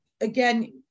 again